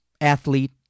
athlete